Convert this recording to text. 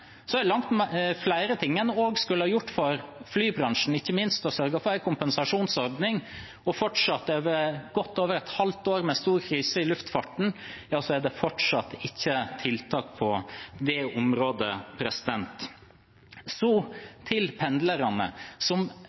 er også langt flere ting en skulle gjort for flybransjen, ikke minst å sørge for en kompensasjonsordning. Fortsatt, etter godt over et halvt år med stor krise i luftfarten, er det ingen tiltak på det området. Så til pendlerne, som